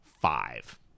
five